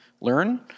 learn